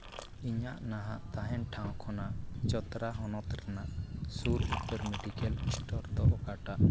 ᱤᱧᱟᱹᱜ ᱱᱟᱦᱟᱜ ᱛᱟᱦᱮᱱ ᱴᱷᱟᱶ ᱠᱷᱚᱱᱟᱜ ᱡᱚᱛᱨᱟ ᱦᱚᱱᱚᱛ ᱨᱮᱱᱟᱜ ᱥᱩᱨ ᱩᱛᱟᱹᱨ ᱢᱮᱰᱤᱠᱮᱞ ᱥᱴᱚᱨ ᱫᱚ ᱚᱠᱟᱴᱟᱜ